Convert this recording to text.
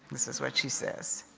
this is what she says.